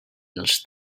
dels